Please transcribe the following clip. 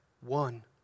one